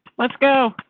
let's go.